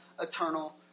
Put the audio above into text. eternal